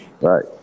right